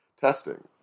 Testing